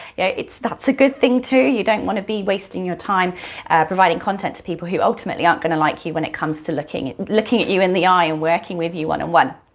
yeah that's a good thing too, you don't want to be wasting your time providing content to people who ultimately aren't gonna like you when it comes to looking looking at you in the eye and working with you one on one.